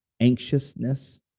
anxiousness